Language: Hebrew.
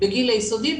בגיל היסודי,